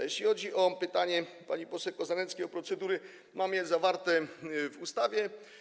Jeśli chodzi o pytanie pani poseł Kozaneckiej o procedury, to mamy je zawarte w ustawie.